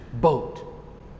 boat